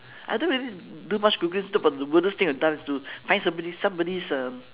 I don't really do much google stuff but the weirdest thing I've done is to find somebody's somebody's uh